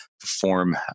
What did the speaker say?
perform